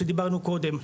שדיברנו עליה קודם,